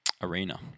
Arena